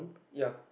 ya